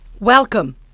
Welcome